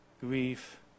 grief